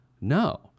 No